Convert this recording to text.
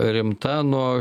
rimta nuo